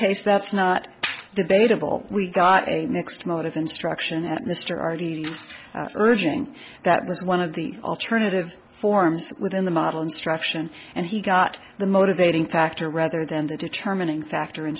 case that's not debatable we got a mixed mode of instruction at mr r the last urging that was one of the alternative forms within the model instruction and he got the motivating factor rather than the determining factor